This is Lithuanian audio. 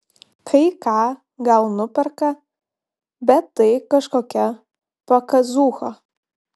kai ką gal nuperka bet tai kažkokia pakazūcha